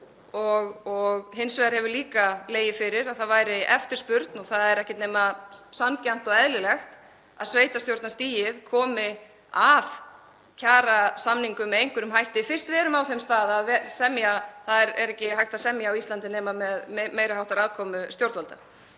Hins vegar hefur líka legið fyrir að það er eftirspurn og það er ekkert nema sanngjarnt og eðlilegt að sveitarstjórnarstigið komi að kjarasamningum með einhverjum hætti fyrst við erum á þeim stað að semja — það er ekki hægt að semja á Íslandi nema með meiri háttar aðkomu stjórnvalda.